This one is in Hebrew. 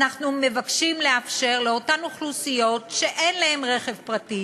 אנחנו מבקשים לאפשר לאותן אוכלוסיות שאין להן רכב פרטי